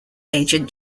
agent